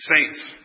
Saints